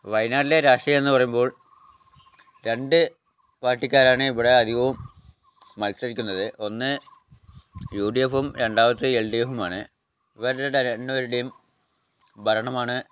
വയനാടിലെ രാഷ്ട്രീയം എന്നു പറയുമ്പോൾ രണ്ട് പാർട്ടിക്കാരാണ് ഇവിടെ അധികവും മത്സരിക്കുന്നത് ഒന്ന് യൂ ഡി എഫും രണ്ടാമത്തെ എൽ ഡി എഫുമാണ് ഇവരുടെ രണ്ടുപേരുടെയും ഭരണമാണ്